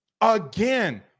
again